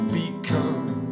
become